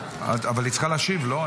--- אבל היא צריכה להשיב, לא?